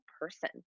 person